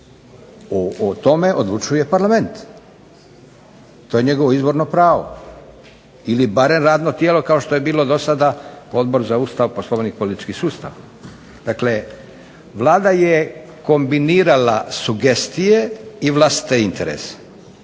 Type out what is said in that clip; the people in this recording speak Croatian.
o tome odlučuje Parlament. To je njegovo izborno pravno ili barem izborno tijelo kao što je do sada Odbor za Ustav, POslovnik i politički sustav. Dakle, Vlada je kombinirala sugestije i vlastite interese.